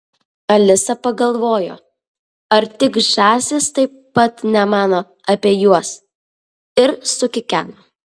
alisa pagalvojo ar tik žąsys taip pat nemano apie juos ir sukikeno